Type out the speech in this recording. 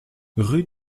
rue